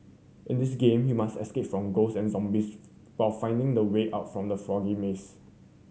in this game you must escape from ghost and zombies while finding the way out from the foggy maze